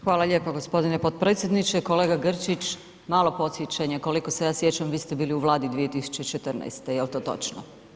Hvala lijepa gospodine potpredsjedniče, kolega Grčić malo podsjećanje koliko se ja sjećam vi ste bili u vladi 2014. jel to točno?